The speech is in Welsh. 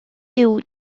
uwd